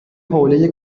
حوله